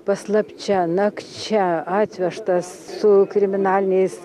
paslapčia nakčia atvežtas su kriminaliniais